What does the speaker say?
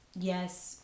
yes